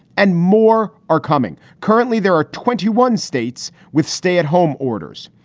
and more are coming. currently, there are twenty one states with stay at home orders.